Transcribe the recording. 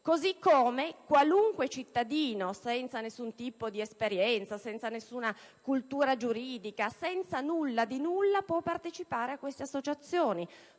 modo, qualunque cittadino, senza alcun tipo di esperienza, senza alcuna cultura giuridica, senza nulla di nulla, può partecipare a tali associazioni.